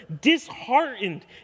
disheartened